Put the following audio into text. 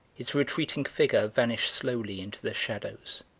his retreating figure vanished slowly into the shadows,